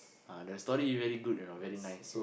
ah the story very good you know very nice